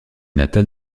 natale